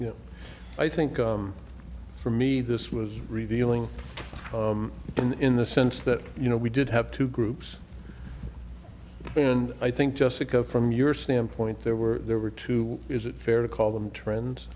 know i think for me this was revealing in the sense that you know we did have two groups and i think just from your standpoint there were there were two is it fair to call them trends